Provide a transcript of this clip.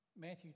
Matthew